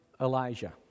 Elijah